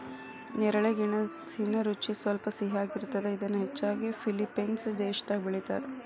ನೇರಳೆ ಗೆಣಸಿನ ರುಚಿ ಸ್ವಲ್ಪ ಸಿಹಿಯಾಗಿರ್ತದ, ಇದನ್ನ ಹೆಚ್ಚಾಗಿ ಫಿಲಿಪೇನ್ಸ್ ದೇಶದಾಗ ಬೆಳೇತಾರ